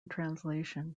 translation